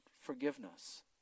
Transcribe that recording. forgiveness